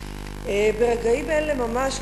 ברגעים אלה ממש,